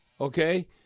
Okay